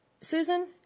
Susan